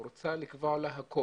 הוא רצה לקבוע לה הכול.